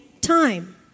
time